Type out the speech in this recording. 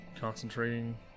concentrating